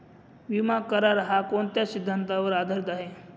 विमा करार, हा कोणत्या सिद्धांतावर आधारीत आहे?